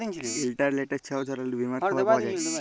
ইলটারলেটে ছব ধরলের বীমার খবর পাউয়া যায়